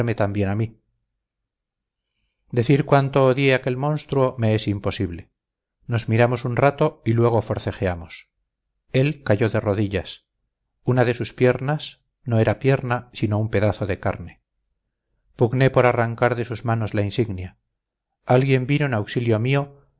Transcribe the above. también a mí decir cuánto odié a aquel monstruo me es imposible nos miramos un rato y luego forcejeamos él cayó de rodillas una de sus piernas no era pierna sino un pedazo de carne pugné por arrancar de sus manos la insignia alguien vino en auxilio mío